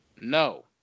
No